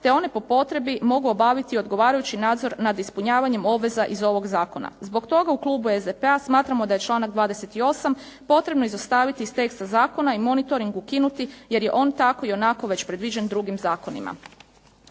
te one po potrebi mogu obaviti odgovarajući nadzor nad ispunjavanjem obveza iz ovoga zakona. Zbog toga u klubu SDP-a smatramo da je članak 28. potrebno izostaviti iz teksta zakona i monitoring ukinuti jer je on tako i onako već predviđen drugim zakonima.